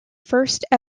first